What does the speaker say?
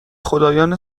خدایان